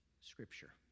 Scripture